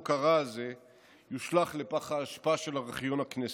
הרע הזה יושלך לפח האשפה של ארכיון הכנסת.